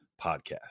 podcast